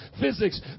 physics